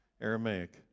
Aramaic